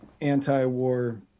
anti-war